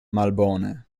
malbone